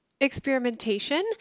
experimentation